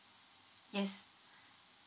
yes